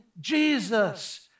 Jesus